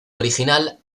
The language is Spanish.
original